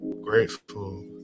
grateful